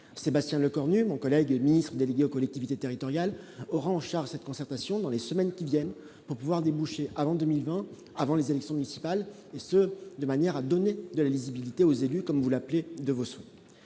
Sébastien le corps nu, mon collègue, ministre délégué aux collectivités territoriales, or en charge cette concertation dans les semaines qui viennent, pour pouvoir déboucher avant 2020 avant les élections municipales et ce de manière à donner de la visibilité aux élus, comme vous l'appelez de vos il